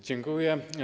Dziękuję.